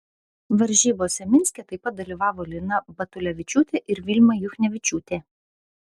varžybose minske taip pat dalyvavo lina batulevičiūtė ir vilma juchnevičiūtė